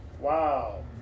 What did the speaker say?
wow